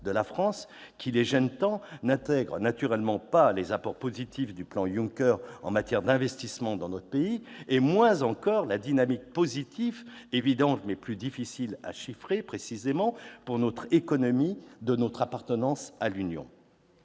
de la France, qui les gêne tant, n'intègre naturellement pas les apports positifs du plan Juncker en matière d'investissements dans notre pays et moins encore la dynamique positive- évidente, mais plus difficile à chiffrer précisément -pour notre économie de notre appartenance à l'Union.